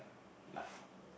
like